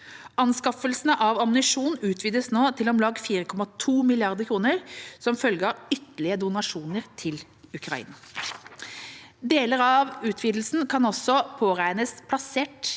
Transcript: Anskaffelsene av ammunisjon utvides nå til om lag 4,2 mrd. kr, som følge av ytterligere donasjoner til Ukraina. Deler av utvidelsen kan også påregnes plassert